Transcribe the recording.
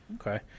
Okay